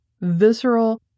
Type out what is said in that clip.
visceral